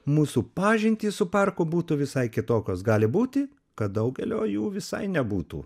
mūsų pažintys su parku būtų visai kitokios gali būti kad daugelio jų visai nebūtų